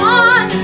on